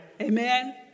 Amen